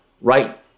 right